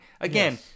Again